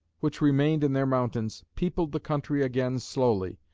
which remained in their mountains, peopled the country again slowly,